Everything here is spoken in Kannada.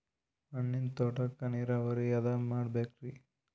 ಹಣ್ಣಿನ್ ತೋಟಕ್ಕ ನೀರಾವರಿ ಯಾದ ಮಾಡಬೇಕ್ರಿ?